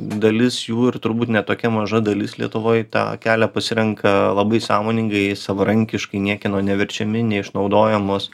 dalis jų ir turbūt ne tokia maža dalis lietuvoj tą kelią pasirenka labai sąmoningai savarankiškai niekieno neverčiami neišnaudojamos